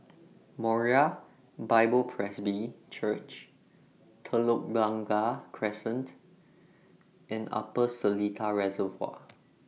Moriah Bible Presby Church Telok Blangah Crescent and Upper Seletar Reservoir